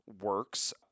works